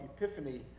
Epiphany